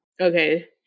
Okay